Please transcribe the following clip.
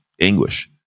anguish